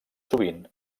sovint